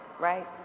right